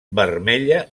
vermella